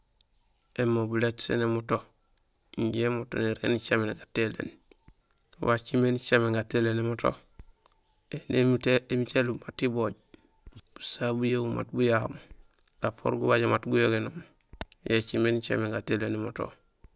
Émobilét sén émoto, injé émoto nirégé nicaméné gatéyléén. Wacimé nicaméén gatéyléén émoto; éni émiit élub, mat ibooj; busaha buyahul mat buyahoom; gapoor gubajo mat guyogénoom; yo écimé nicaméén gatéyiléén émoto.